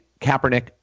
Kaepernick